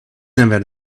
never